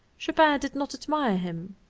chopin did not admire him